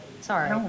Sorry